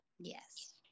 Yes